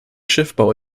schiffbau